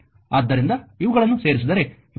ಆದ್ದರಿಂದ ಇವುಗಳನ್ನು ಸೇರಿಸಿದರೆ 24 18 ಬೀಜಗಣಿತ ಮೊತ್ತ